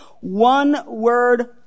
one-word